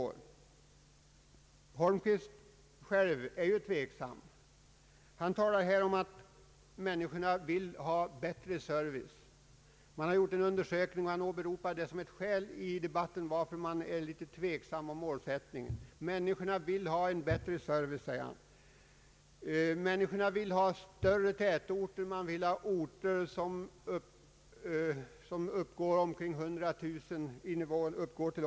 Herr Holmqvist är ju själv tveksam. Han talar här om att människorna vill ha bättre service. Det har gjorts en undersökning och han åberopar den som ett skäl för tveksamhet om målsättningen. Människorna vill ha större tätorter — städer med omkring 100 000 invånare.